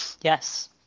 yes